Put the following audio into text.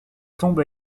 tombe